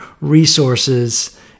resources